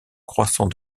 croissant